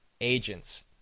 agents